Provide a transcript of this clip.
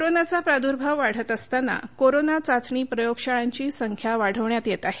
कोरोनाचा प्रादुर्भाव वाढत असताना कोरोना चाचणी प्रयोगशाळांची संख्या वाढविण्यात येत आहे